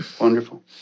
Wonderful